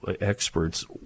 experts